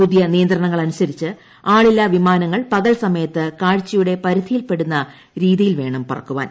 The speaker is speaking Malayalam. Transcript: പുതിയ നിയന്ത്രണങ്ങൾ അനുസരിച്ച് ആളില്ലാ വിമാ്നങ്ങൾ പകൽ സമയത്ത് കാഴ്ചയുടെ പരിധിയിൽപ്പെടുന്ന് രീതിയിൽ വേണം പറക്കുവാൻ